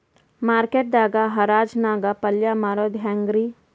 Market ದಾಗ್ ಹರಾಜ್ ನಾಗ್ ಪಲ್ಯ ಮಾರುದು ಹ್ಯಾಂಗ್ ರಿ?